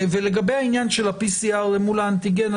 ולגבי בדיקת PCR אל מול האנטיגן.